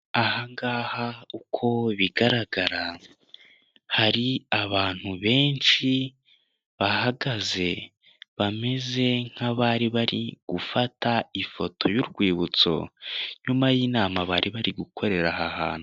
Aha ngaha uko bigaragara hari abantu benshi bahagaze bameze nk'abari bari gufata ifoto y'urwibutso nyuma y'inama bari bari gukorera aha hantu.